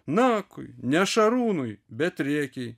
nakui ne šarūnui bet rėkei